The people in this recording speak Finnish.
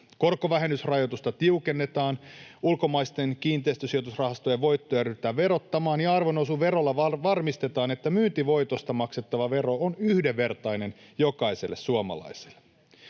korkovähennysrajoitusta tiukennetaan, ulkomaisten kiinteistösijoitusrahastojen voittoja ryhdytään verottamaan ja arvonnousuverolla varmistetaan, että myyntivoitosta maksettava vero on yhdenvertainen jokaiselle suomalaiselle.